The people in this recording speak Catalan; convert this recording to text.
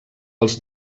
els